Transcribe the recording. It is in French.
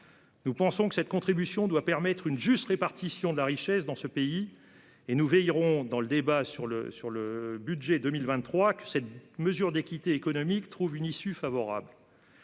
Nous considérons que cette contribution doit permettre une juste répartition de la richesse dans ce pays et nous veillerons, dans le débat sur le budget pour 2023, à ce que cette mesure d'équité économique trouve une issue favorable.